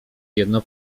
jedną